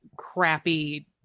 crappy